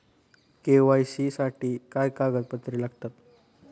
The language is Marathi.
के.वाय.सी साठी काय कागदपत्रे लागतात?